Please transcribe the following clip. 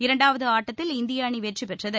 இரண்டாவது ஆட்டத்தில் இந்திய அணி வெற்றி பெற்றது